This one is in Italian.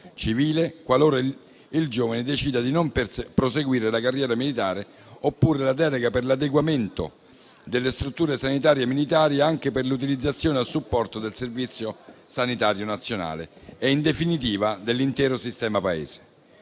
civile, qualora il giovane decida di non proseguire la carriera militare. Oppure penso alla delega per l'adeguamento delle strutture sanitarie militari per la loro utilizzazione anche a supporto del Servizio sanitario nazionale e, in definitiva, dell'intero sistema Paese.